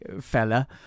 fella